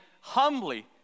humbly